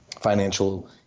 financial